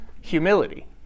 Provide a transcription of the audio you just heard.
humility